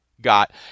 got